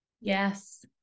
Yes